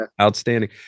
outstanding